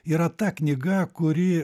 yra ta knyga kuri